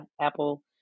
Apple